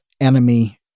enemy